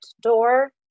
door